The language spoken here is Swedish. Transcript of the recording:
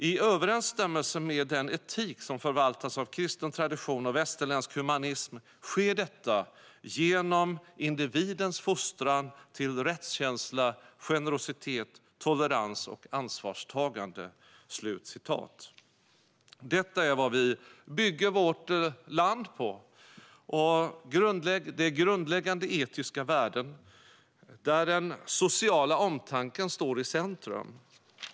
I överensstämmelse med den etik som förvaltats av kristen tradition och västerländsk humanism sker detta genom individens fostran till rättskänsla, generositet, tolerans och ansvarstagande." Detta är vad vi bygger vårt land på. Detta är grundläggande etiska värden där den sociala omtanken står i centrum.